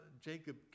Jacob